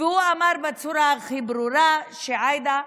והוא אמר בצורה הכי ברורה: עאידה,